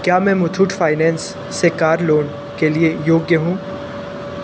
क्या मैं मुथूट फाइनेंस से कार लोन के लिए योग्य हूँ